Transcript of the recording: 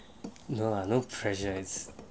no lah no pressure it's